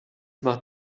macht